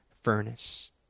furnace